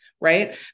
right